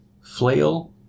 Flail